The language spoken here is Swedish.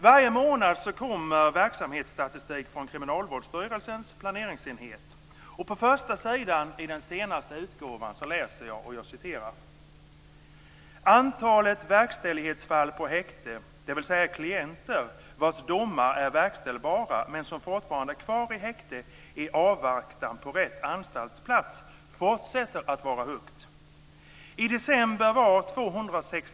Varje månad kommer verksamhetsstatistik från Kriminalvårdsstyrelsens planeringsenhet, och på första sidan i den senaste utgåvan läser jag: "Antalet verkställighetsfall på häkte, det vill säga klienter vars domar är verkställbara men som fortfarande är kvar i häkte i avvaktan på rätt anstaltsplats, fortsätter att vara högt.